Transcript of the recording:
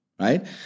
right